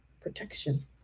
protection